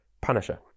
punisher